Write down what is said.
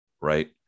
right